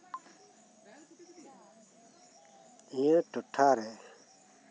ᱱᱤᱭᱟᱹ ᱴᱚᱴᱷᱟ ᱨᱮ